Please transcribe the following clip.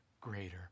greater